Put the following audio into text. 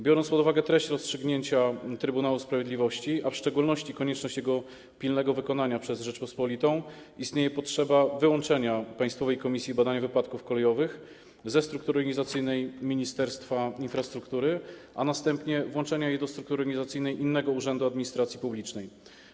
Biorąc pod uwagę treść rozstrzygnięcia Trybunału Sprawiedliwości, a w szczególności konieczność jego pilnego wykonania przez Rzeczpospolitą, istnieje potrzeba wyłączenia Państwowej Komisji Badania Wypadków Kolejowych ze struktury organizacyjnej Ministerstwa Infrastruktury, a następnie włączenia jej do struktury organizacyjnej innego urzędu administracji publicznej.